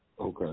Okay